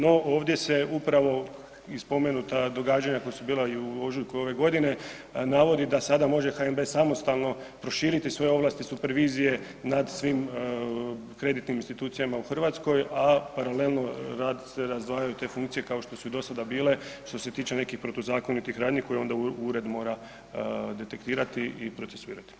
No ovdje se upravo i spomenuta događanja koja su bila i u ožujku ove godine navodi da sada može HNB samostalno proširiti svoje ovlasti supervizije nad svim kreditnim institucijama u Hrvatskoj, a paralelno rad se razdvajaju te funkcije kao što su i dosada bile što se tiče nekih protuzakonitih radnji koje onda ured mora detektirati i procesuirati.